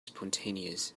spontaneous